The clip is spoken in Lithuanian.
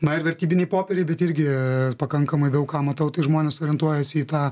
na ir vertybiniai popieriai bet irgi pakankamai daug ką matau tai žmonės orientuojasi į tą